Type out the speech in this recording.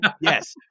yes